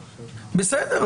בסדר,